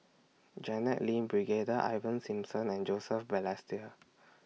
Janet Lim Brigadier Ivan Simson and Joseph Balestier